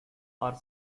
are